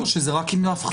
או שזאת רק הפחתה.